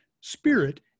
spirit